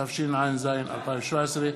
התשע"ז 2017,